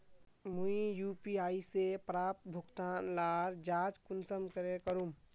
मुई यु.पी.आई से प्राप्त भुगतान लार जाँच कुंसम करे करूम?